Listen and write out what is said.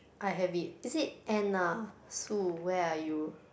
I have it is it end lah Sue where are you